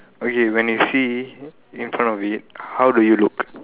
okay when you see in front of it how do you look